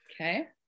Okay